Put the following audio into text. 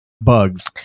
Bugs